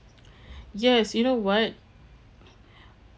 yes you know what